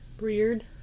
Reared